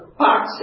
box